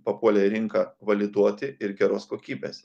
papuolę į rinką validuoti ir geros kokybės